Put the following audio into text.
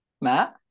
Matt